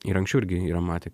ir anksčiau irgi yra matę